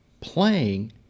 playing